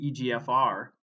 EGFR